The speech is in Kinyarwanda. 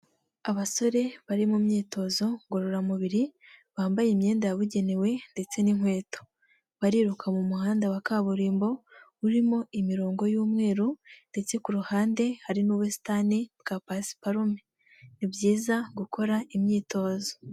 Abasore bari mu myitozo ngororamubiri bambaye imyenda yabugenewe ndetse n'inkweto, bariruka mu muhanda wa kaburimbo urimo imirongo y'umweru ndetse ku ruhande hari n'ubusitani bwa pasiparume. Ni byiza gukora imyitozo.